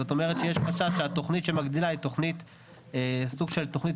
זאת אומרת שיש מצב שהתוכנית שמגדילה היא סוג של תוכנית